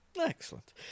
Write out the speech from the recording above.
Excellent